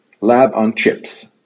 lab-on-chips